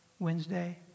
Wednesday